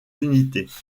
unités